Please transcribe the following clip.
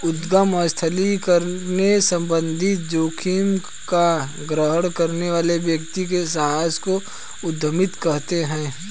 उद्यम स्थापित करने संबंधित जोखिम का ग्रहण करने वाले व्यक्ति के साहस को उद्यमिता कहते हैं